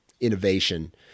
innovation